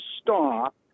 stop